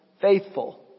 faithful